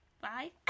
Bye